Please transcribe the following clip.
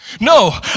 no